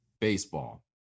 baseball